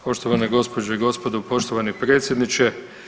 Poštovane gospođe i gospodo, poštovani predsjedniče.